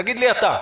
תגיד לי אתה.